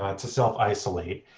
ah to self-isolate.